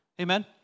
Amen